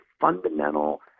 fundamental